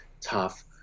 tough